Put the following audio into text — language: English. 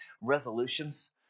resolutions